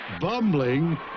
Bumbling